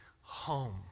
home